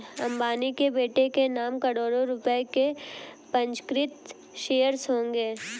अंबानी के बेटे के नाम करोड़ों रुपए के पंजीकृत शेयर्स होंगे